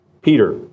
Peter